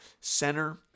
center